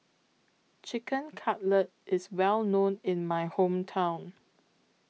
Chicken Cutlet IS Well known in My Hometown